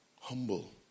humble